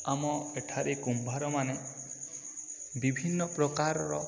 ଆମ ଏଠାରେ କୁମ୍ଭାରମାନେ ବିଭିନ୍ନ ପ୍ରକାରର